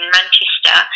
Manchester